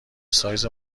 سایز